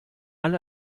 alle